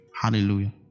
Hallelujah